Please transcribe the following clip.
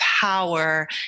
Power